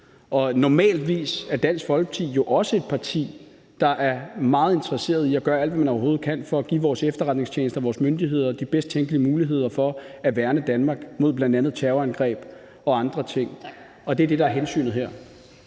Normalvis er Dansk Folkeparti jo også et parti, der er meget interesseret i at gøre alt, hvad man overhovedet kan, for at give vores efterretningstjenester og vores myndigheder de bedst tænkelige muligheder for at værne Danmark mod bl.a. terrorangreb og andre ting, og det er det, der er hensynet her.